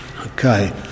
Okay